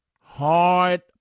hard